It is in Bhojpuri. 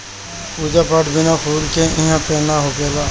पूजा पाठ बिना फूल के इहां पे ना होखेला